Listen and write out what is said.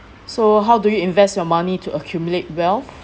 so how do you invest your money to accumulate wealth